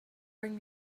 bring